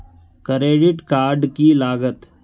Credit card की लागत?